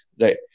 Right